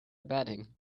bedding